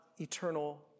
eternal